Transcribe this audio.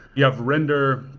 you have render,